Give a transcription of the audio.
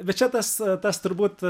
bet čia tas tas turbūt